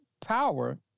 power